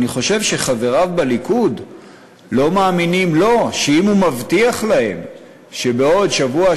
אני חושב שחבריו בליכוד לא מאמינים לו שאם הוא מבטיח להם שבעוד שבוע,